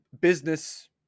business